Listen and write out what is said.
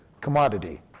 commodity